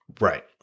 Right